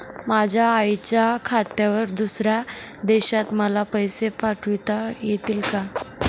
माझ्या आईच्या खात्यावर दुसऱ्या देशात मला पैसे पाठविता येतील का?